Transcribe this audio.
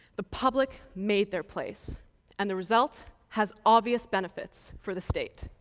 the public made their place and the result has obvious benefits for the state.